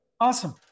Awesome